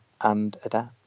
andadapt